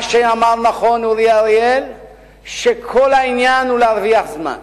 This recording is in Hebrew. אמר נכון אורי אריאל שכל העניין הוא להרוויח זמן.